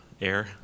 Air